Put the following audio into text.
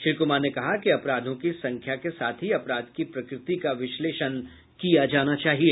श्री कुमार ने कहा कि अपराधों की संख्या के साथ ही अपराध की प्रकृति का विश्लेषण किया जाना चाहिए